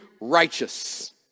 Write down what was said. righteous